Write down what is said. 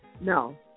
No